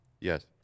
Yes